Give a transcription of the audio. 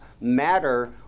Matter